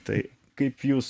tai kaip jūs